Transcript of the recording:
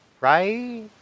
Right